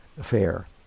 affair